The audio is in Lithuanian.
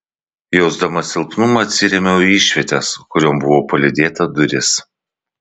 jausdama silpnumą atsirėmiau į išvietės kurion buvau palydėta duris